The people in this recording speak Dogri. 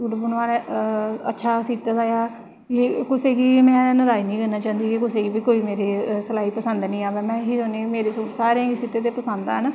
सूट अच्छा सीते दा ऐ कुसै गी में नराज निं करना चांह्दी कि कुसै गी मेरी सलाई पसंद निं आवै में एह् चाह्न्नीं कि मेरे सूट सीते दे सारें गी पसंद आन